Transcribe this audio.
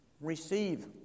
receive